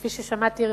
כפי ששמעתי,